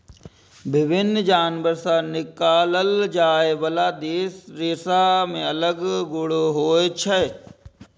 विभिन्न जानवर सं निकालल जाइ बला रेशा मे अलग अलग गुण होइ छै